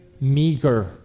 meager